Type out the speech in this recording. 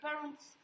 parents